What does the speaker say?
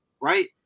right